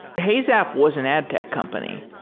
heyzap was an ad tech company.